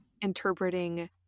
interpreting